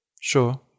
Sure